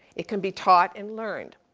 it can be taught and learned,